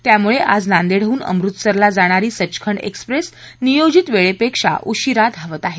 त्यामुळे आज नांदेडहून अमृतसरला जाणारी सचखंड एक्सप्रेस नियोजित वेळेपेक्षा उशीरा धावत आहे